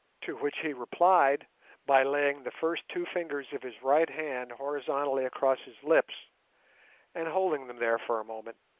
to which he replied by laying the first two fingers of his right hand horizontally across his lips and holding them there for a moment,